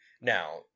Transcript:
Now